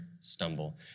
stumble